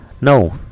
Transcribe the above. no